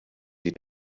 sie